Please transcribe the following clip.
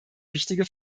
wichtige